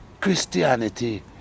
Christianity